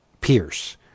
pierce